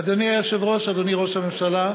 אדוני היושב-ראש, אדוני ראש הממשלה,